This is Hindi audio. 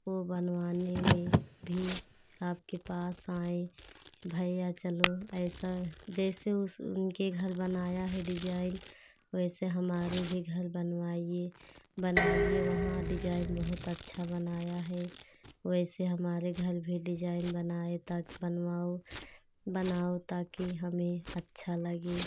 वो बनवाने में भी आपके पास आएँ भैया चलो ऐसा जैसे उस उनके घर बनाया है डिज़ाइन हमारे भी घर बनवाइए बनाइए वहाँ डिज़ाइन बहुत अच्छा बनाया है वैसे हमारे घर भी डिज़ाइन बनाएँ ताकि बनवाओ बनाओ ताकि हमें अच्छा लगे